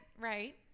right